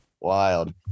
Wild